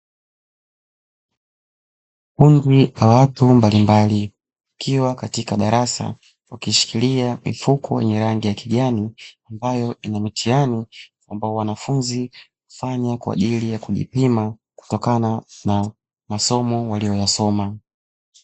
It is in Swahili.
Kundi la watu mbalimbali likiwa katika darasa ,wakishikilia mifuko yenye rangi ya kijani ambayo ina mitiani ambayo wanafunzi hufanya kwa ajili ya kujipima kutokana na masomo waliyoyasoma.